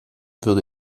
würde